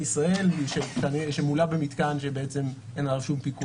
ישראל שמולא במתקן שבעצם אין עליו שום פיקוח.